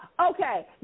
Okay